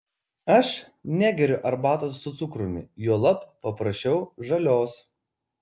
aš negeriu arbatos su cukrumi juolab paprašiau žalios